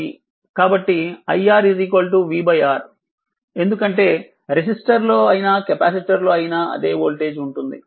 కాబట్టి iR v R ఎందుకంటే రెసిస్టర్లో అయిన కెపాసిటర్లో అయిన అదే వోల్టేజ్ ఉంటుంది